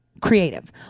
creative